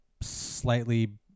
slightly